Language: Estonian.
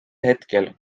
hetkel